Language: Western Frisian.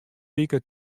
wiken